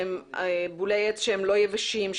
שהם בולי עץ לא יבשים,